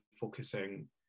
focusing